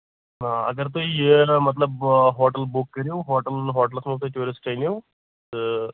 آ اَگر تُہۍ یہِ مطلب ہوٹل بُک کٔرو ہوٹل ہوٹلَس منٛز تُہۍ ٹیوٗرِسٹ أنِو تہٕ